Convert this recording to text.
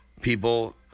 people